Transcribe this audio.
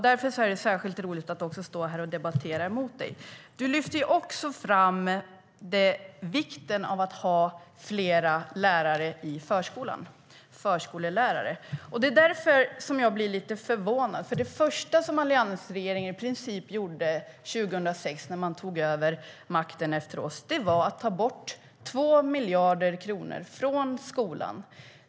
Därför är det särskilt roligt att stå här och debattera med dig. Du lyfter fram vikten av att ha fler lärare i förskolan: förskollärare. Det är därför som jag blir lite förvånad. Det första, i princip, som alliansregeringen gjorde 2006, när man tog över makten efter oss, var nämligen att ta bort 2 miljarder kronor från skolan.